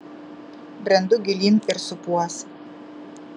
brendu gilyn ir supuos